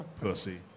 Pussy